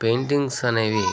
paintings అనేవి